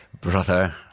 brother